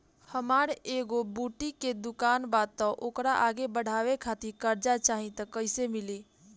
हमार एगो बुटीक के दुकानबा त ओकरा आगे बढ़वे खातिर कर्जा चाहि त कइसे मिली?